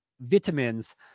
vitamins